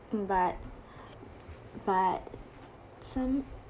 but but some